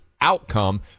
outcome